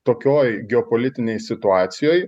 tokioj geopolitinėj situacijoj